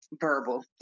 verbal